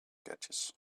gadgets